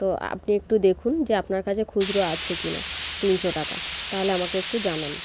তো আপনি একটু দেখুন যে আপনার কাছে খুচরো আছে কিনা তিনশো টাকা তাহলে আমাকে একটু জানান